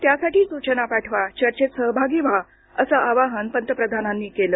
त्यासाठी सूचना पाठवा चर्चेत सहभागी व्हा असं आवाहन पंतप्रधानांनी केलं